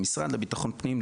המשרד לבטחון פנים,